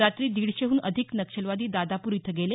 रात्री दीडशेहून अधिक नक्षलवादी दादापूर इथं गेले